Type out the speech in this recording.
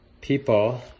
people